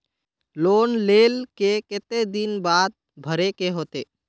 Loan लेल के केते दिन बाद भरे के होते?